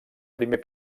primer